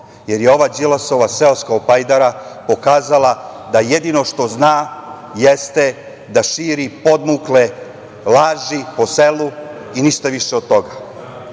jer je ova Đilasova seoska opajdara pokazala da jedino što zna jeste da širi podmukle laži po selu i ništa više od